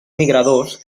migradors